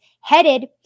headed